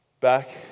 back